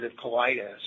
colitis